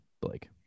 Blake